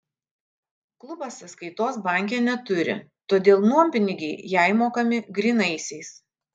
klubas sąskaitos banke neturi todėl nuompinigiai jai mokami grynaisiais